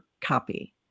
copy